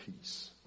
peace